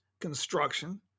construction